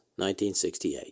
1968